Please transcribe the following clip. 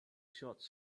shots